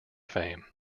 fame